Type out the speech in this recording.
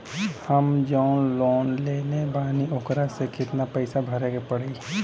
हम जवन लोन लेले बानी वोकरा से कितना पैसा ज्यादा भरे के पड़ेला?